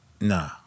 Nah